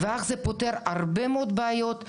וזה פותר הרבה מאוד בעיות,